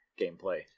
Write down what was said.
gameplay